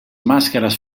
màscares